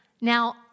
Now